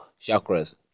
chakras